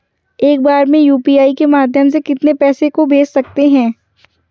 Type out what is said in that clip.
एक बार में यू.पी.आई के माध्यम से कितने पैसे को भेज सकते हैं?